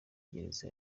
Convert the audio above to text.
gereza